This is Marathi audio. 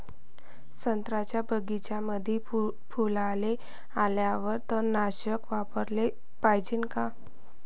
संत्र्याच्या बगीच्यामंदी फुलाले आल्यावर तननाशक फवाराले पायजे का?